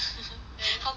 好吃好吃